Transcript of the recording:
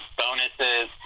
bonuses